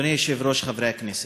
אדוני היושב-ראש, חברי הכנסת,